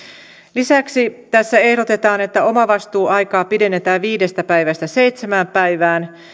lisäksi tässä ehdotetaan että omavastuuaikaa pidennetään viidestä päivästä seitsemään päivään